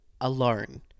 alone